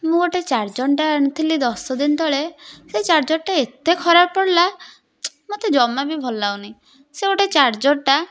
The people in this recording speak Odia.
ମୁଁ ଗୋଟେ ଚାର୍ଜର୍ଟା ଆଣିଥିଲି ଦଶ ଦିନ ତଳେ ସେ ଚାର୍ଜର୍ଟା ଏତେ ଖରାପ ପଡ଼ିଲା ମୋତେ ଜମା ବି ଭଲ ଲାଗୁନି ସେ ଗୋଟେ ଚାର୍ଜର୍ଟା